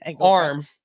arm